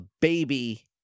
baby